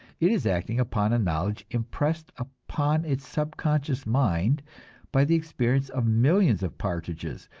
it is acting upon a knowledge impressed upon its subconscious mind by the experience of millions of partridges,